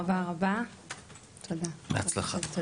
בהצלחה.